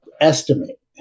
estimate